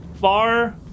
Far